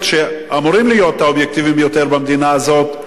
שאמורים להיות האובייקטיביים ביותר במדינה הזאת,